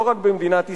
לא רק במדינת ישראל,